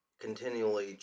continually